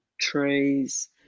trees